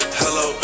hello